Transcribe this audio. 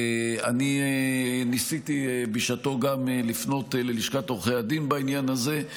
ואני ניסיתי בשעתו גם לפנות ללשכת עורכי הדין בעניין הזה.